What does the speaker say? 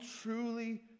truly